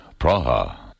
Praha